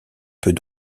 peut